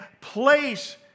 place